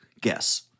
Guess